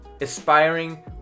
aspiring